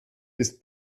ist